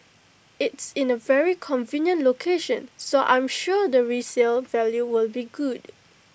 it's in A very convenient location so I'm sure the resale value will be good